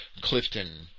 Clifton